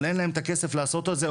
אבל אין להם את הכסף לעשות את זה,